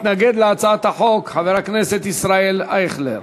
מתנגד להצעת החוק, חבר הכנסת ישראל אייכלר.